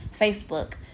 Facebook